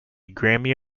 grammy